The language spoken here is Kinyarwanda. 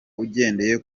ugendeye